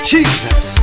Jesus